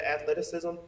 athleticism